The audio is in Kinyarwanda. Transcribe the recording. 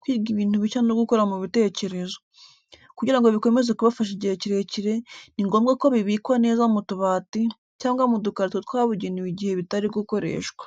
kwiga ibintu bishya no gukura mu bitekerezo. Kugira ngo bikomeze kubafasha igihe kirekire, ni ngombwa ko bibikwa neza mu tubati, cyangwa mu dukarito twabugenewe igihe bitari gukoreshwa.